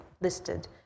listed